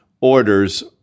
orders